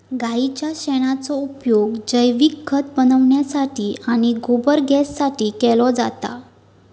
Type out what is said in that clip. गाईच्या शेणाचो उपयोग जैविक खत बनवण्यासाठी आणि गोबर गॅससाठी केलो जाता